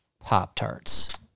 Pop-Tarts